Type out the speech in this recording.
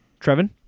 Trevin